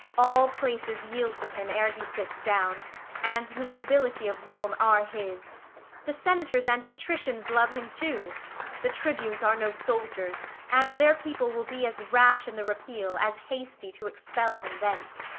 all places yield to him ere he sits down and the nobility of rome are his the senators and patricians love him too the tribunes are no soldiers and their people will be as rash in the repeal as hasty to expel him thence.